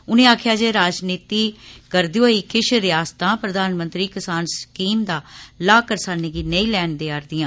उनें आक्खेया जे राजनीति करदे होई किश रियासतां प्रधानमंत्री किसान स्कीम दा लाह करसानें गी नेई लैन देआ रदियां